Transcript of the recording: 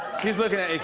she's looking at